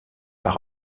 par